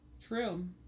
True